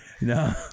no